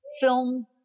film